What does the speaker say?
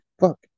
fuck